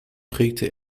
prägte